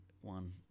one